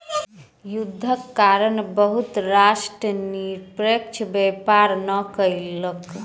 युद्धक कारणेँ बहुत राष्ट्र निष्पक्ष व्यापार नै कयलक